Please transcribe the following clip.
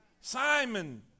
Simon